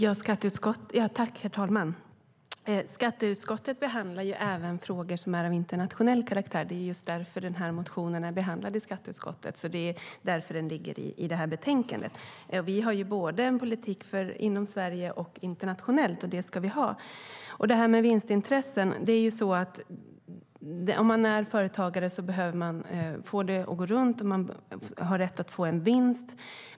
Herr ålderspresident! Skatteutskottet behandlar ju även frågor som är av internationell karaktär. Det är just därför som den här motionen är behandlad i skatteutskottet och ligger i det här betänkandet. Vi har en politik både inom Sverige och internationellt, och det ska vi ha. När det gäller detta med vinstintressen behöver man som företagare få företaget att gå runt och har rätt att få en vinst.